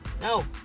no